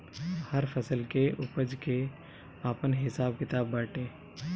हर फसल के उपज के आपन हिसाब किताब बाटे